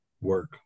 work